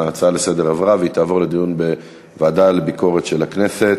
ההצעה לסדר-היום עברה והיא תעבור לדיון בוועדה לביקורת המדינה.